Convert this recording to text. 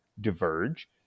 diverge